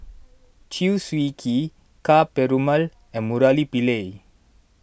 Chew Swee Kee Ka Perumal and Murali Pillai